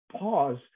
pause